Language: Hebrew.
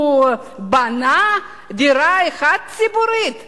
הוא בנה דירה ציבורית אחת?